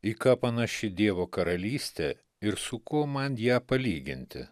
į ką panaši dievo karalystė ir su kuo man ją palyginti